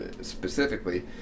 specifically